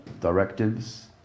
directives